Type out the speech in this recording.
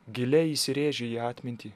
giliai įsirėžę į atmintį